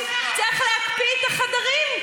הפעלתי את השעון.